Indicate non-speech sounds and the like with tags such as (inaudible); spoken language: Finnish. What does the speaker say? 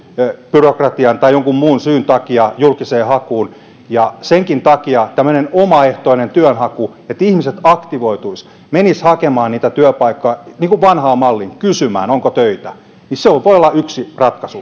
byrokratian tai jonkun muun syyn takia julkiseen hakuun senkin takia tämmöinen omaehtoinen työnhaku että ihmiset aktivoituisivat ja menisivät hakemaan niitä työpaikkoja niin kuin vanhaan malliin kysymään onko töitä voi olla yksi ratkaisu (unintelligible)